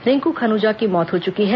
रिंकू खनूजा की मौत हो चुकी है